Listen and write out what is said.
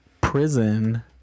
Prison